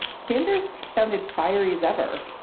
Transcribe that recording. sanders sounded fiery as ever